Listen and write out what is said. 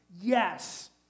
Yes